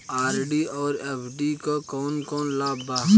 RD और FD क कौन कौन लाभ बा?